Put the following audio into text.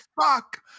fuck